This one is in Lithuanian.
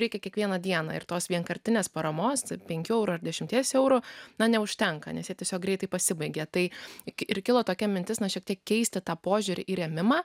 reikia kiekvieną dieną ir tos vienkartinės paramos penkių eurų ar dešimties eurų na neužtenka nes tiesiog greitai pasibaigė tai juk ir kilo tokia mintis na šiek tiek keisti tą požiūrį į rėmimą